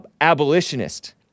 abolitionist